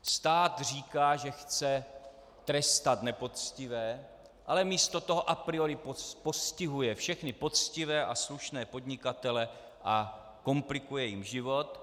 Stát říká, že chce trestat nepoctivé, ale místo toho a priori postihuje všechny poctivé a slušné podnikatele a komplikuje jim život.